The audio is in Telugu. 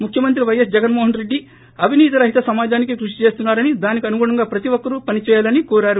ముఖ్యమంత్రి వైఎస్ జగన్మోహన్రెడ్డి అవీనీతి రహిత సమాజానికి కృషిచేస్తున్నా రని దానికనుగుణంగా ప్రతి ఒక్కరూ పనిచేయాలని కోరారు